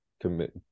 commit